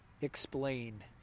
explain